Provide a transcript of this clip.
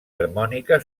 harmònica